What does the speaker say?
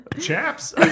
Chaps